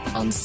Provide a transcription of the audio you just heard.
on